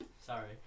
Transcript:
sorry